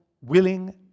willing